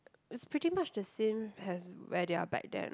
it's pretty much the same as where they are back then